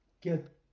get